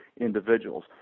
individuals